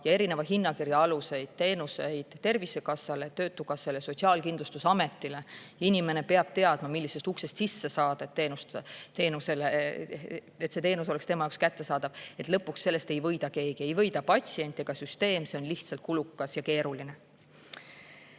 ja erineva hinnakirja alusel teenuseid Tervisekassale, töötukassale, Sotsiaalkindlustusametile, siis inimene peab teadma, millisest uksest sisse [minna], et see teenus oleks tema jaoks kättesaadav. Lõpuks sellest ei võida keegi, ei võida patsient ega süsteem, see on lihtsalt kulukas ja keeruline.